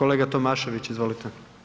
Kolega Tomašević, izvolite.